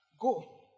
Go